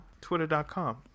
twitter.com